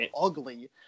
ugly